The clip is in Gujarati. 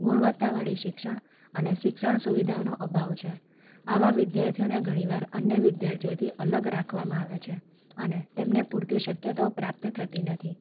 ગુણવત્તાવાળી શિક્ષણ અને શિક્ષણ સુવિધાનો અભાવ છે આવા વિદ્યાર્થીઓને ઘણી વાર અન્ય વિદ્યાર્થીઓથી અલગ રાખવામાં આવે છે અને તેમને પૂરતી શક્યતાઓ પ્રાપ્ત થતી નથી